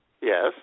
Yes